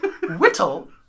Whittle